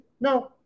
No